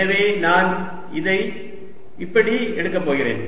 எனவே நான் இதை இப்படி எடுக்கப் போகிறேன்